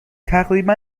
تقریبا